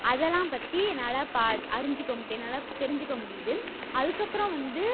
அதெல்லாம் பற்றி நல்லா ப அறிஞ்சிக்க ம் இப்போ என்னால் தெரிஞ்சுக்க முடியுது அதுக்கப்புறம் வந்து